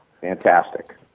Fantastic